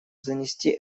занести